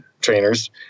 trainers